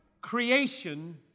creation